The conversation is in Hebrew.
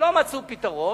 לא מצאו פתרון.